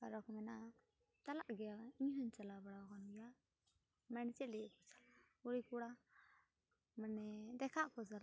park ᱢᱮᱱᱟᱼᱟ ᱪᱟᱞᱟ ᱜᱮᱭᱟᱞᱮ ᱤᱧ ᱦᱩᱧ ᱦᱩᱧ ᱪᱟᱞᱟᱣ ᱵᱟᱲᱟᱣ ᱟᱠᱟᱱ ᱜᱮᱭᱟ ᱢᱮᱱ ᱪᱮᱞᱮ ᱠᱩᱲᱤ ᱠᱚᱲᱟ ᱢᱟᱱᱮ ᱫᱮᱠᱷᱟ ᱠᱚ ᱪᱟᱞᱟᱜᱼᱟ